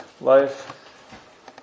life